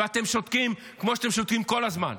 ואתם שותקים כמו שאתם שותקים כל הזמן.